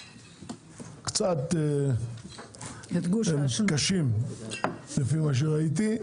הם קצת קשים לפי מה שראיתי,